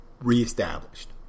reestablished